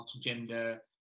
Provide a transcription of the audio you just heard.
gender